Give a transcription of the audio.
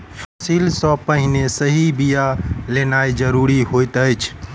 फसिल सॅ पहिने सही बिया लेनाइ ज़रूरी होइत अछि